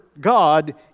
God